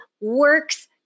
works